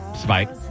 spike